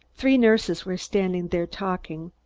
three nurses were standing there talking.